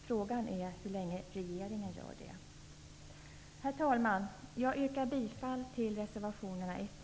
Frågan är hur länge regeringen gör det. Herr talman! Jag yrkar bifall till reservationerna 1,